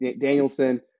Danielson